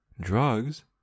drugs